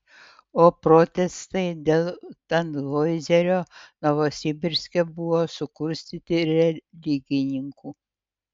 o protestai dėl tanhoizerio novosibirske buvo sukurstyti religininkų